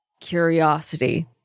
curiosity